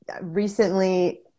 recently